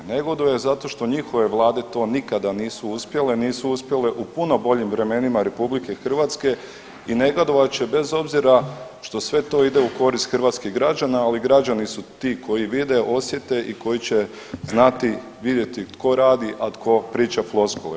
Negoduje zato što njihove vlade to nikada nisu uspjele, nisu uspjele u puno boljim vremenima RH i negodovat će bez obzira što sve to ide u korist hrvatskih građana, ali građani su ti koji vide, osjete i koji će znati vidjeti tko radi, a tko priča floskule.